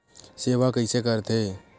सेवा कइसे करथे?